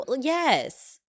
yes